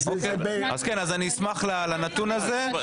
אני אשמח לקבל את הנתון הזה.